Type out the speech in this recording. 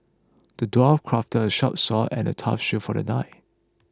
the dwarf crafted a sharp sword and a tough shield for the knight